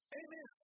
amen